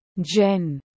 Jen